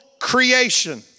creation